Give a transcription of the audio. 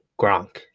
Gronk